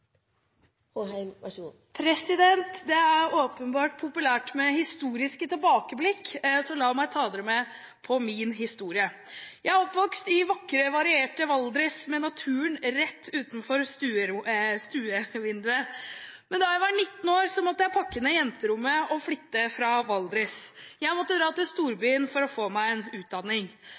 åpenbart populært med historiske tilbakeblikk, så la meg ta dere med på min historie. Jeg er oppvokst i vakre, varierte Valdres, med naturen rett utenfor stuevinduet. Men da jeg var 19 år, måtte jeg pakke ned jenterommet og flytte fra Valdres. Jeg måtte dra til storbyen for å få meg en utdanning.